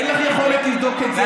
אין לך יכולת לבדוק את זה.